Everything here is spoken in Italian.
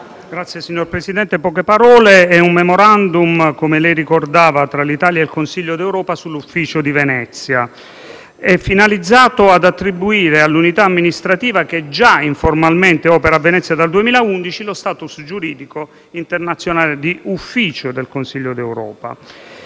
Signor Presidente, si tratta di un *memorandum* tra l'Italia e il Consiglio d'Europa sull'Ufficio di Venezia, finalizzato ad attribuire all'unità amministrativa, che già informalmente opera a Venezia dal 2011, lo *status* giuridico internazionale di Ufficio del Consiglio d'Europa.